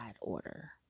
order